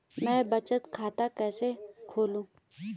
मैं बचत खाता कैसे खोलूँ?